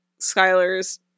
Skylar's